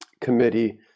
committee